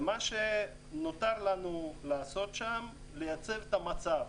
ומה שנותר לנו לעשות שם זה לייצב את המצב.